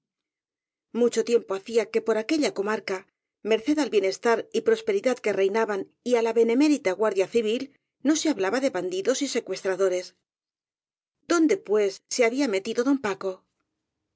mucho tiempo hacía que por aquella comarca merced al bienestar y prosperidad que reinaban y á la benemérita guardia civil no se hablaba de bandidos y secuestradores dónde pues estaba metido don paco